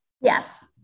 Yes